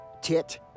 Tit